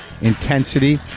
intensity